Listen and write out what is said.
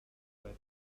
web